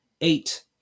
eight